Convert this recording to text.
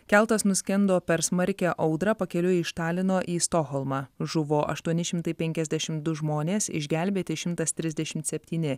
keltas nuskendo per smarkią audrą pakeliui iš talino į stokholmą žuvo aštuoni šimtai penkiasdešim du žmonės išgelbėti šimtas trisdešimt septyni